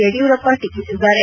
ಯಡಿಯೂರಪ್ಪ ಟೀಕಿಸಿದ್ದಾರೆ